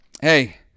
hey